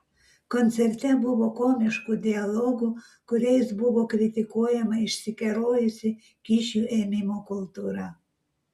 koncerte buvo komiškų dialogų kuriais buvo kritikuojama išsikerojusi kyšių ėmimo kultūra